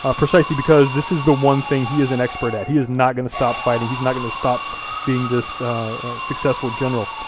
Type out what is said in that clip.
ah precisely because this is the one thing he is an expert at, he is not gonna stop fighting, he's not going to stop being this successful general.